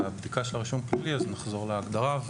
לבדיקה של הרישום הפלילי נחזור להגדרה,